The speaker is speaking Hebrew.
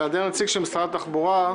בהיעדר נציג של משרד התחבורה,